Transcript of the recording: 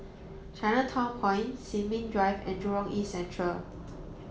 Chinatown Point Sin Ming Drive and Jurong East Central